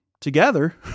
together